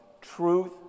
truth